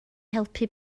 helpu